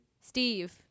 Steve